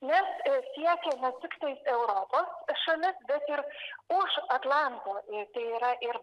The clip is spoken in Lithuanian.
nes siekia ne tiktais europos šalis bet ir už atlanto yra ir